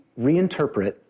reinterpret